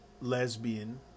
lesbian